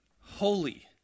Holy